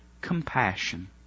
compassion